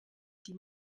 die